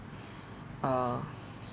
uh